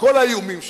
כל האיומים שלך?